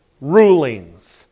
rulings